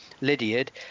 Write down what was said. Lydiard